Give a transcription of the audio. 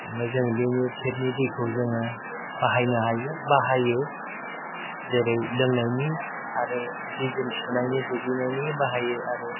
ओमफ्राय जों बेनि टेपनि दैखौ जोङो बाहायनो हायो बाहायो जेरै लोंनायनि आरो सि जोम सुनायनि दुगैनायनि बाहायो आरो